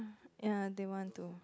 ya they want to